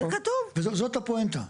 וזאת הפואנטה.